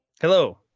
Hello